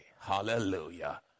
Hallelujah